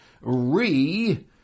Re